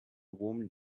warm